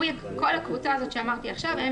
כל הקבוצה שאמרתי עכשיו הם